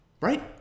right